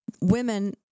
women